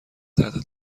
تحت